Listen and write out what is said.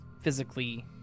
physically